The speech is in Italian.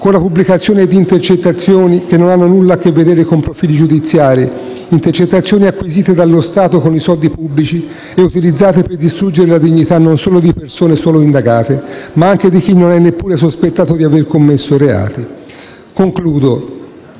con la pubblicazione di intercettazioni che non hanno nulla a che vedere con profili giudiziari; intercettazioni acquisite dallo Stato con i soldi pubblici e utilizzate per distruggere la dignità non solo di persone solo indagate, ma anche di chi non è neppure sospettato di aver commesso reati. Concludo.